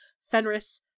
fenris